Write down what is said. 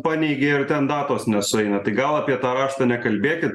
paneigė ir ten datos nesueina tai gal apie tą raštą nekalbėkit